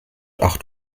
acht